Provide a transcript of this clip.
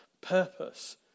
purpose